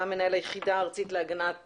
אתה מנהל היחידה הארצית להגנת